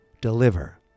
deliver